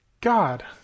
God